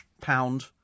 pound